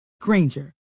Granger